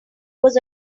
was